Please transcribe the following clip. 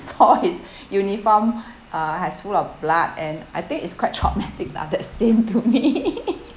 saw his uniform uh has full of blood and I think it's quite traumatic lah that scene to me